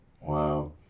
wow